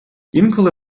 інколи